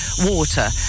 water